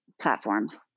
platforms